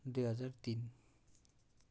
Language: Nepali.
दुई हजार तिन